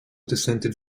dissented